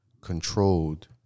controlled